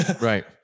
Right